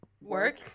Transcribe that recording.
work